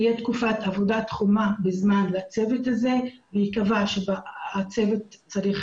תהיה תקופת עבודה תחומה בזמן לצוות הזה וייקבע שהצוות צריך